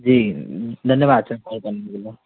जी धन्यवाद sir call करने के लिए